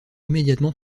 immédiatement